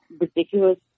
ridiculous